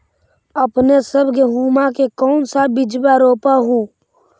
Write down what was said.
अपने सब गेहुमा के कौन सा बिजबा रोप हू?